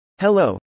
Hello